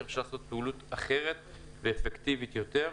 אפשר לעשות פעילות אחרת ואפקטיבית יותר,